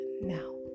now